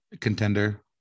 contender